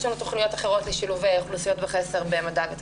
יש לנו תכניות אחרות לשילובי אוכלוסיות בחסר במדע וטכנולוגיה.